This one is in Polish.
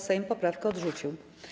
Sejm poprawkę odrzucił.